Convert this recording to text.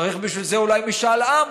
צריך בשביל זה אולי משאל עם,